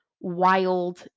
wild